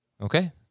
Okay